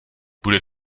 bude